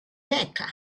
mecca